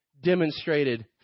demonstrated